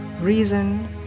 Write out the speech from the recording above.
Reason